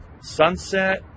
sunset